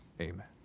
amen